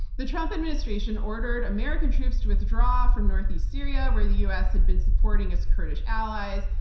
the trump administration ordered american troops to withdraw from northeast syria, where the u. s. had been supporting its kurdish allies.